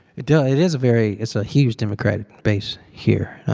it does it is a very it's a huge democratic base here,